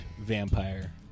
vampire